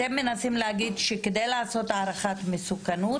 אתם מנסים להגיד שכדי לעשות הערכת מסוכנות,